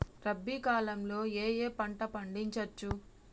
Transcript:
రబీ కాలంలో ఏ ఏ పంట పండించచ్చు?